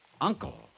uncle